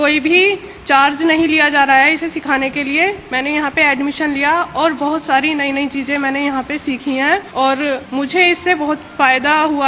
कोई चार्ज नहीं लिया जा रहा है इसे सिखाने के लिये मैंने यहां पर एडमिशन लिया और बहुत सारी नई नई चीजें यहां पर सीखीं मुझे बहुत फायदा हुआ